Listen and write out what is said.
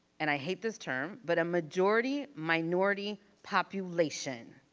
and i hate this term, but a majority minority population.